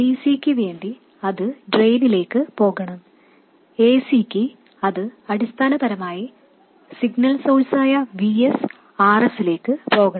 dcയ്ക്ക് വേണ്ടി അത് ഡ്രെയിനിലേക്ക് പോകണം ac ക്ക് അത് അടിസ്ഥാനപരമായി സിഗ്നൽ സോഴ്സായ Vs Rs ലേക്ക് പോകണം